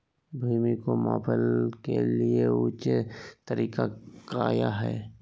भूमि को मैपल के लिए ऊंचे तरीका काया है?